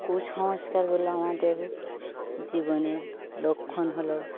কুসংস্কারগুলো আমাদের জীবনের লক্ষণ হলো